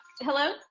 Hello